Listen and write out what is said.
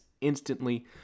instantly